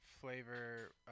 flavor